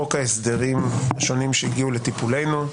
חוק ההסדרים השונים שהגיעו לטיפולנו,